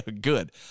good